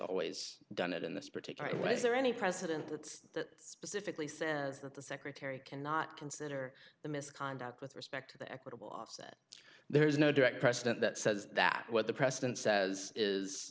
always done it in this particular way is there any precedent that specifically says that the secretary cannot consider the misconduct with respect to equitable offset there's no direct president that says that what the president says is